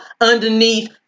underneath